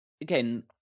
Again